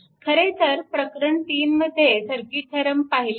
खरेतर प्रकरण 3 मध्ये सर्किट थेरम पाहिले आहेत